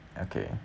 okay